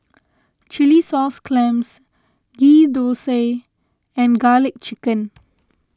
Chilli Sauce Clams Ghee Thosai and Garlic Chicken